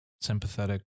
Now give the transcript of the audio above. sympathetic